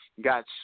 got